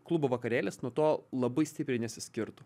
klubo vakarėlis nuo to labai stipriai nesiskirtų